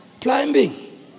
climbing